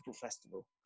festival